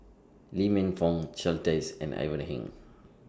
Lee Man Fong Charles Dyce and Ivan Heng